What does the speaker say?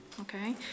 Okay